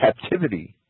captivity